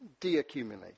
deaccumulate